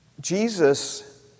Jesus